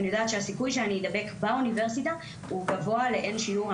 כי אני יודעת שהסיכוי שאני אידבק באוניברסיטה הוא גבוה לאין שיעור.